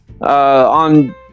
on